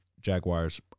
Jaguars